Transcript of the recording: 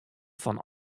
fan